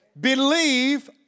Believe